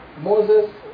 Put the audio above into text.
Moses